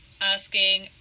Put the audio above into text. asking